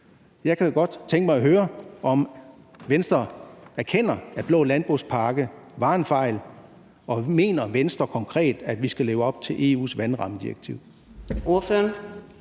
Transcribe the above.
Jeg kunne godt tænke mig at høre, om Venstre erkender, at den blå landbrugspakke var en fejl. Mener Venstre konkret, at vi skal leve op til EU's vandrammedirektiv?